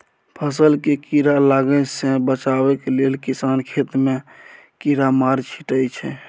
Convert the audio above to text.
फसल केँ कीड़ा लागय सँ बचाबय लेल किसान खेत मे कीरामार छीटय छै